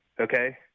Okay